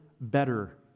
better